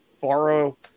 borrow